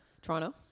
Toronto